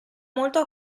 molto